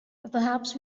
perhaps